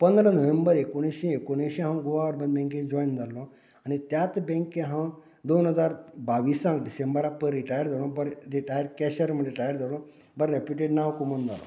पनरा November एकोणिशे एकूणएंशी हांव गोवा अर्बन बँके जॉयन जाल्लो आनी त्यात बँके हांव दोन हजार बाविसांक डिसेंबराक पयर रिटायर जालो बरे कॅशीयर म्हूण रिटायर जालो बरें रेप्युटेड नांव कमोवन मेळ्ळो